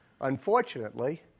unfortunately